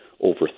over